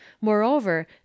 Moreover